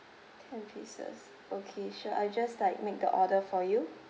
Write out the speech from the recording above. ten pieces okay sure I just like make the order for you